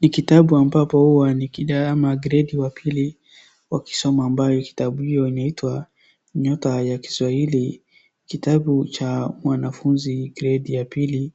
Ni kitabu ambapo huwa ni kidama gredi wa pili. Wakisoma ambayo kitabu hio inaitwa Nyota ya Kiswahili, Kitabu cha Mwanafunzi gredi ya pili